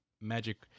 magic